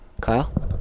Kyle